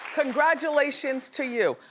congratulations to you.